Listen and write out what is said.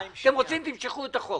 אתם רוצים תמשכו את החוק.